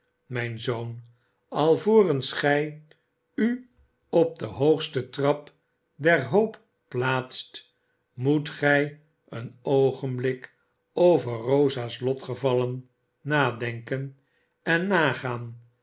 mijn zoon alvorens gij u op den hoogsten trap der hoop plaatst moet gij een oogenblik over rosa's lotgevallen nadenken en nagaan